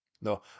no